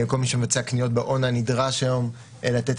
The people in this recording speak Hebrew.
כל מי שבצע קניות באון-ליין נדרש היום לתת